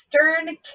Stern